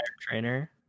Trainer